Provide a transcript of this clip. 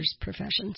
professions